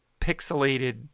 pixelated